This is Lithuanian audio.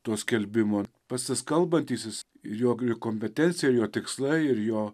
to skelbimo pats jis kalbantysis jo gi kompetencija jo tikslai ir jo